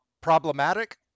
problematic